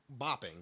bopping